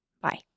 Bye